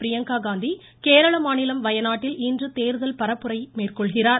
பிரியங்கா காந்தி கேரள மாநிலம் வயநாட்டில் இன்று தேர்தல் பரப்புரையில் மேற்கொள்கிறார்